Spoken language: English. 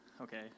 okay